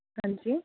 ਹਾਂਜੀ